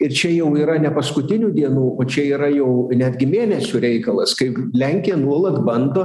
ir čia jau yra ne paskutinių dienų o čia yra jau netgi mėnesių reikalas kai lenkija nuolat bando